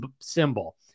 symbol